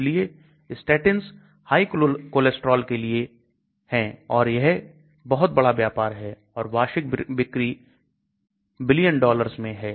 इसलिए statins high cholestrol के लिए हैं और यह है बहुत बड़ा व्यापार है और वार्षिक बिक्री बिलीयन डॉलर्स में है